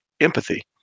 empathy